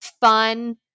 fun